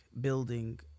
building